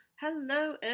Hello